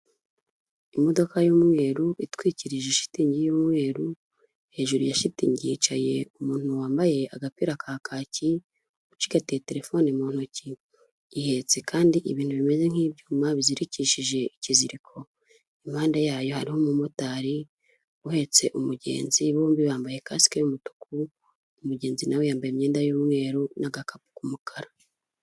Imodoka y'umweru itwikirije shitingi y'umweru, hejuru ya shitingi yicaye umuntu wambaye agapira ka kaki ucigatiye terefoni mu ntoki, ihetse kandi ibintu bimeze nk'ibyuma bizirikishije ikiziriko. Impande yayo hariho umumotari uhetse umugenzi, bombi bambaye kasike y'umutuku umugenzi nawe yambaye imyenda y'umweru n'agakapu k'umukara.